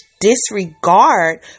disregard